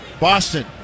Boston